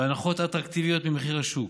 בהנחות אטרקטיביות ממחיר השוק.